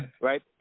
right